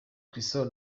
cristiano